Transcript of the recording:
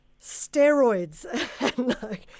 steroids